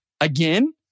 Again